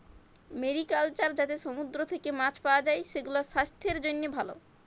mariculture যাতে সমুদ্র থেক্যে মাছ পাওয়া যায়, সেগুলাসাস্থের জন্হে ভালো